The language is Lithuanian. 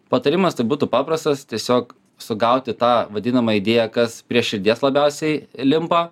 patarimas tai būtų paprastas tiesiog sugauti tą vadinamą idėją kas prie širdies labiausiai limpa